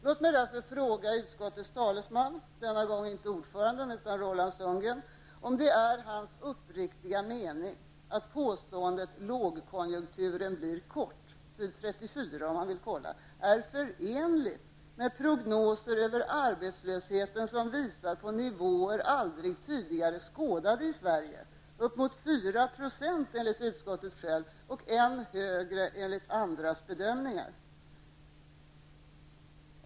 Låt mig därför fråga utskottets talesman, denna gång inte ordföranden utan Roland Sundgren, om det är hans uppriktiga mening att påståendet ''lågkonjunkturen blir kort'' -- det står på s. 34 om han vill bli kollad -- är förenligt med prognoser över arbetslösheten som visar på nivåer aldrig tidigare skådade i Sverige -- upp mot 4 % 1992 enligt utskottet självt och än högre enligt andras bedömningar.